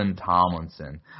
Tomlinson